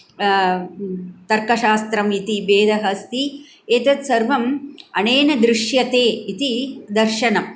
तर्कशास्त्रम् इति भेदः अस्ति एतत् सर्वम् अनेन दृश्यते इति दर्शनं